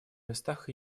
местах